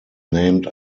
named